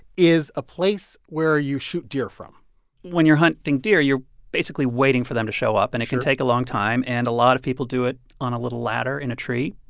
is a place where you shoot deer from when you're hunting deer, you're basically waiting for them to show up sure and it can take a long time. and a lot of people do it on a little ladder in a tree.